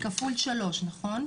כפול 3, נכון?